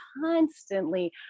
constantly